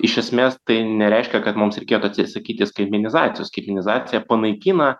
iš esmės tai nereiškia kad mums reikėtų atsisakyti skaitmenizacijos skaitmenizacija panaikina